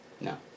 No